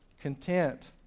content